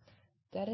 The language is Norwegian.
det